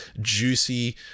juicy